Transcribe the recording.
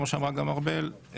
כמו שאמרה גם ארבל,